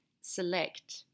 select